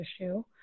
issue